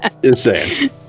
insane